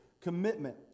commitment